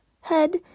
head